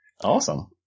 Awesome